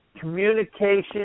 communication